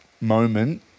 moment